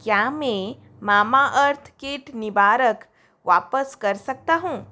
क्या मैं मामाअर्थ कीट निवारक वापस कर सकता हूँ